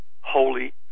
holy